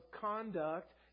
conduct